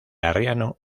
arriano